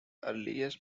earliest